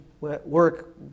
work